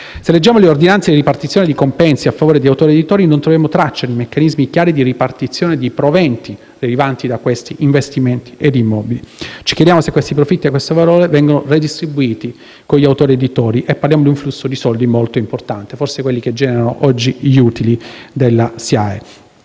Se leggiamo le ordinanze di ripartizione di compensi a favore di autori ed editori, non troviamo traccia chiara dei meccanismi di ripartizione di quei proventi. Ci chiediamo se quei profitti e quel valore vengono redistribuiti con gli autori ed editori, e parliamo di un flusso di soldi molto importante (forse quello che genera oggi gli utili della SIAE).